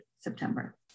September